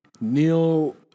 Neil